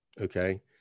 okay